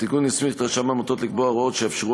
התיקון יסמיך את רשם העמותות לקבוע הוראות שיאפשרו